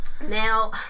Now